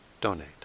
donate